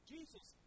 Jesus